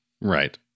Right